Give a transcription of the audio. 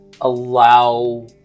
allow